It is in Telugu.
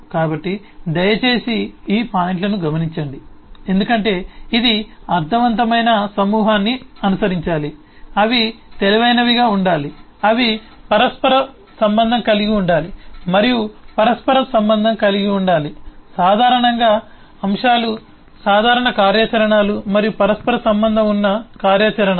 కాబట్టి దయచేసి ఈ పాయింట్లను గమనించండి ఎందుకంటే ఇది అర్థవంతమైన సమూహాన్ని అనుసరించాలి అవి తెలివైనవిగా ఉండాలి అవి పరస్పరం సంబంధం కలిగి ఉండాలి మరియు పరస్పర సంబంధం కలిగి ఉండాలి సాధారణ అంశాలు సాధారణ కార్యాచరణలు మరియు పరస్పర సంబంధం ఉన్న కార్యాచరణలు